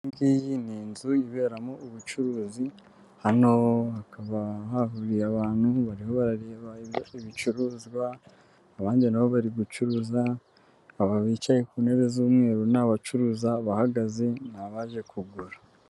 Iyi ngiyi ni inzu iberamo ubucuruzi, hano hakaba hahuriye abantu barimo barareba ibicuruzwa, abandi na bo bari gucuruza, aba bicaye ku ntebe z'umweru ni abacuruza abahagaze ni abaje kugura.